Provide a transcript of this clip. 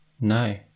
No